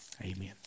Amen